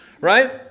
right